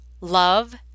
love